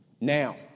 Now